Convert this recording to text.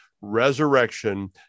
resurrection